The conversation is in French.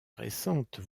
récentes